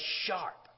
sharp